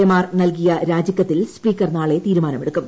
A മാർ നൽകിയ രാജിക്കത്തിൽ സ്പീക്കർ നാളെ തീരുമാനമെടുക്കും